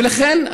ולכן,